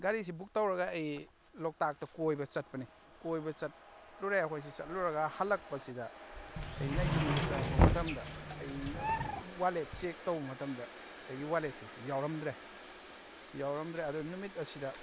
ꯒꯥꯔꯤꯁꯤ ꯕꯨꯛ ꯇꯧꯔꯒ ꯑꯩ ꯂꯣꯛꯇꯥꯛꯇ ꯀꯣꯏꯕ ꯆꯠꯄꯅꯦ ꯀꯣꯏꯕ ꯆꯠꯂꯨꯔꯦ ꯑꯩꯈꯣꯏꯁꯤ ꯆꯠꯂꯨꯔꯒ ꯍꯂꯛꯄꯁꯤꯗ ꯑꯩꯅ ꯌꯨꯝꯗ ꯆꯪꯉꯛꯄ ꯃꯇꯝꯗ ꯑꯩꯅ ꯋꯥꯂꯦꯠ ꯆꯦꯛ ꯇꯧꯕ ꯃꯇꯝꯗ ꯑꯩꯒꯤ ꯋꯥꯂꯦꯠꯁꯤ ꯌꯥꯎꯔꯝꯗ꯭ꯔꯦ ꯌꯥꯎꯔꯝꯗ꯭ꯔꯦ ꯑꯗꯨ ꯅꯨꯃꯤꯠ ꯑꯁꯤꯗ